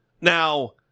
Now